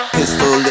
Pistol